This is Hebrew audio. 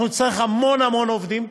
אנחנו נצטרך המון המון עובדים,